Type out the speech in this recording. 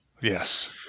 Yes